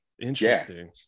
interesting